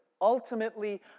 ultimately